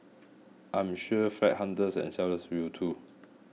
I am sure flat hunters and sellers will too